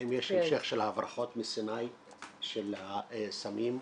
האם יש המשך של ההברחות מסיני של הסמים.